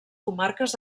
comarques